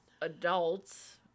adults